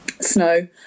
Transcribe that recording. snow